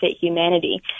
humanity